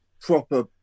proper